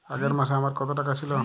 আগের মাসে আমার কত টাকা ছিল?